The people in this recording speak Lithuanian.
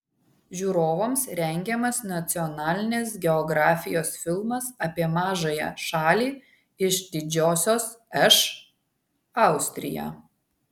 žiūrovams rengiamas nacionalinės geografijos filmas apie mažąją šalį iš didžiosios š austriją